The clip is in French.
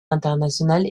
internationale